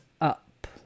up